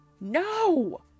No